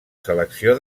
selecció